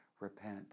Repent